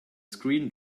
screen